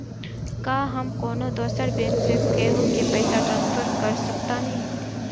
का हम कौनो दूसर बैंक से केहू के पैसा ट्रांसफर कर सकतानी?